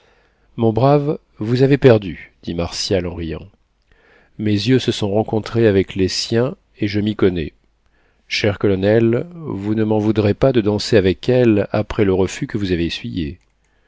mon brave vous avez perdu dit martial en riant mes yeux se sont rencontrés avec les siens et je m'y connais cher colonel vous ne m'en voudrez pas de danser avec elle après le refus que vous avez essuyé